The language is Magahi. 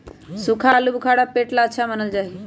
सूखा आलूबुखारा पेट ला अच्छा मानल जा हई